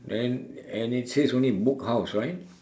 then and it says only book house right